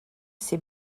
ces